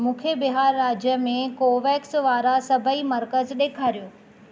मूंखे बिहार राज्य में कोवेक्स वारा सभई मर्कज़ ॾेखारियो